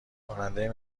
راننده